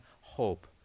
hope